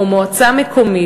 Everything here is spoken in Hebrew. או מועצה מקומית,